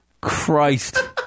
Christ